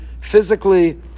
physically